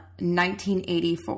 1984